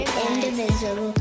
indivisible